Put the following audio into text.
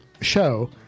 show